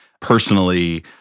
personally